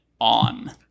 on